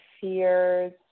fears